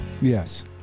yes